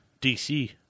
DC